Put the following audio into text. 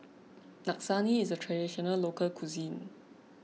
Lasagne is a Traditional Local Cuisine